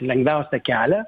lengviausią kelią